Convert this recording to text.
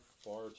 far